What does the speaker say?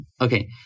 Okay